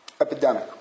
Epidemic